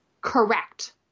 correct